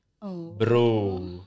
Bro